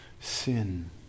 sin